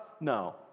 No